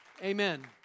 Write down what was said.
Amen